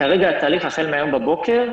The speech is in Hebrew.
החל מהיום בבוקר,